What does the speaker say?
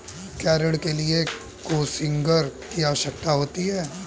क्या ऋण के लिए कोसिग्नर की आवश्यकता होती है?